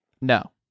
No